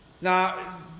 Now